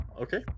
Okay